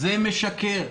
זה משקר.